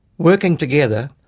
working together,